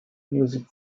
music